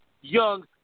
young